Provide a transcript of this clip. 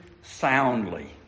soundly